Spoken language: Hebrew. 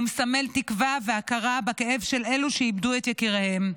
הוא מסמל תקווה והכרה בכאב של אלו שאיבדו את יקיריהם.